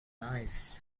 nice